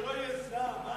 שלא יהיה זעם.